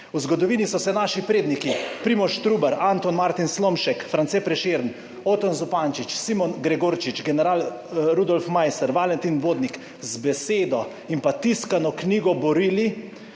V zgodovini so se naši predniki Primož Trubar, Anton Martin Slomšek, France Prešeren, Oton Zupančič, Simon Gregorčič, general Rudolf Maister, Valentin Vodnik z besedo in tiskano knjigo borili